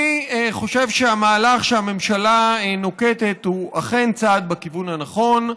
אני חושב שהמהלך שהממשלה נוקטת הוא אכן צעד בכיוון הנכון,